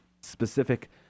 specific